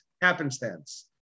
happenstance